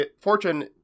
fortune